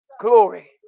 glory